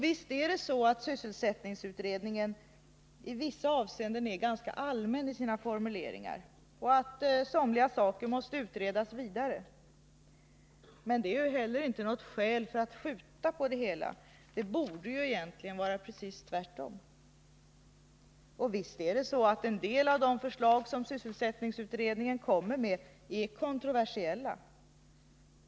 Visst är det så att sysselsättningsutredningen i vissa avseenden är ganska allmän i sina formuleringar och att somliga saker måste utredas vidare. Men det är inte heller något skäl för att skjuta på det hela. Det borde egentligen vara precis tvärtom. Och visst är det så att en del förslag som sysselsättningsutredningen kommer med är kontroversiella.